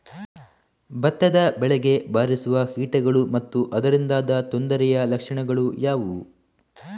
ಭತ್ತದ ಬೆಳೆಗೆ ಬಾರಿಸುವ ಕೀಟಗಳು ಮತ್ತು ಅದರಿಂದಾದ ತೊಂದರೆಯ ಲಕ್ಷಣಗಳು ಯಾವುವು?